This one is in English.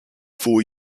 four